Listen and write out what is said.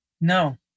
No